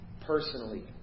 personally